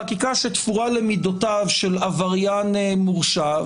חקיקה שתפורה למידותיו של עבריין מורשע.